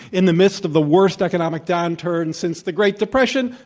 in the midst of the worst economic downturn since the great depression,